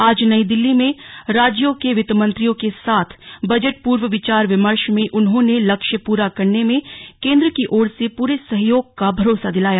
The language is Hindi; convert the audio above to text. आज नई दिल्ली में राज्यों के वित्तमंत्रियों के साथ बजट पूर्व विचार विमर्श में उन्होंने लक्ष्य पूरा करने में केन्द्र की ओर से पूरे सहयोग का भरोसा दिलाया